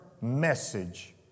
message